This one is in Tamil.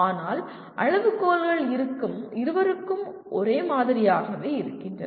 ஆனால் அளவுகோல்கள் இருவருக்கும் ஒரே மாதிரியாகவே இருக்கின்றன